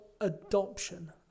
adoption